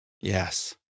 Yes